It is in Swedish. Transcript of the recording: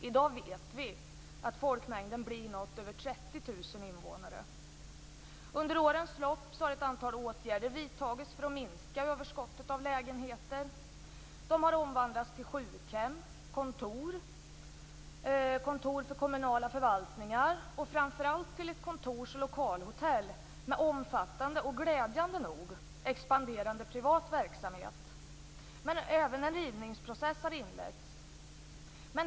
I dag vet vi att folkmängden blir någonstans över Under årens lopp har ett antal åtgärder vidtagits för att minska överskottet av lägenheter. De har omvandlats till sjukhem, kontor för kommunala förvaltningar och framför allt till ett kontors och lokalhotell med omfattande och glädjande nog expanderande privat verksamhet. Även en rivningsprocess har inletts.